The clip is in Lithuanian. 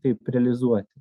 kaip realizuoti